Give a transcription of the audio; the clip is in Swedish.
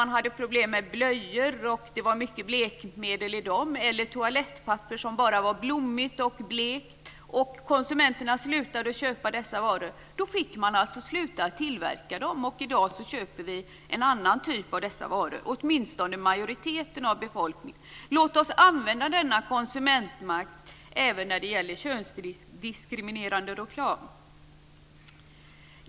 När det var mycket blekmedel i blöjorna eller toalettpapper med blommor och blekmedel slutade konsumenterna att köpa dessa varor. De slutade att tillverkas. I dag köper vi en annan typ av dessa varor - åtminstone en majoritet av befolkningen. Låt oss använda denna konsumentmakt även när det gäller könsdiskriminerande reklam.